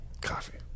coffee